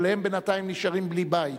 אבל הם בינתיים נשארים בלי בית.